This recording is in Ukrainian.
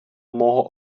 мого